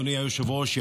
אדוני היושב-ראש,